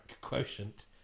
quotient